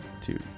two